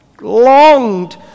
longed